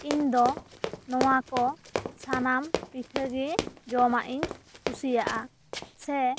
ᱤᱧ ᱫᱚ ᱱᱚᱣᱟ ᱠᱚ ᱥᱟᱱᱟᱢ ᱯᱤᱴᱷᱟᱹ ᱜᱮ ᱡᱚᱢᱟᱜ ᱤᱧ ᱠᱩᱥᱤᱭᱟᱜ ᱟ ᱥᱮ